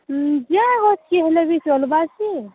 ଯେ ହେତ୍କି ହେଲେ ବି ଚଲ୍ବା ଯେ